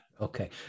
Okay